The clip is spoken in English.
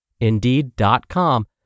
Indeed.com